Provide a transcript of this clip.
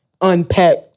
unpack